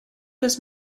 does